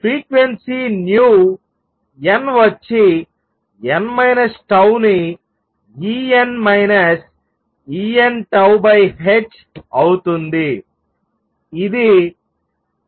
frequency nu n వచ్చి n 𝜏 ని E n E n 𝜏h అవుతుంది